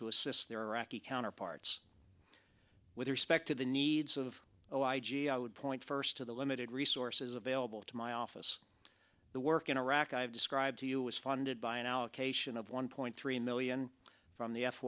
to assist their rocky counterparts with respect to the needs of oh i g i would point first to the limited resources available to my office the work in iraq i've described to you is funded by an allocation of one point three million from the f